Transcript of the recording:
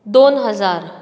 दोन हजार